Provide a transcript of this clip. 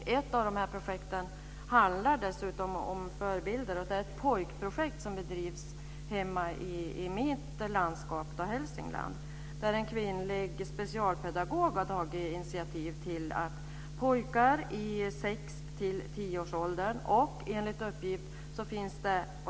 Ett av de projekten handlar dessutom om förebilder. Det är ett pojkprojekt som bedrivs hemma i mitt landskap Hälsingland. Där har en kvinnlig specialpedagog tagit initiativ till ett projekt för pojkar i åldern 6-10 år.